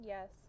Yes